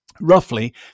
roughly